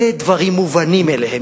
אלה דברים מובנים מאליהם,